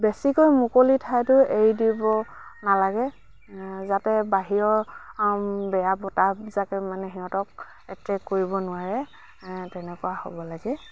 বেছিকৈ মুকলি ঠাইতো এৰি দিব নালাগে যাতে বাহিৰৰ বেয়া বতাহজাকে মানে সিহঁতক এটেক কৰিব নোৱাৰে তেনেকুৱা হ'ব লাগে